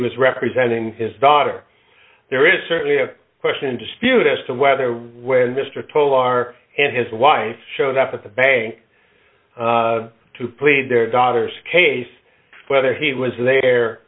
was representing his daughter there is certainly a question dispute as to whether when mr tovar and his wife showed up at the bank to plead their daughter's case whether he was there